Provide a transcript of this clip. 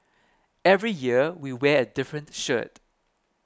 every year we wear a different shirt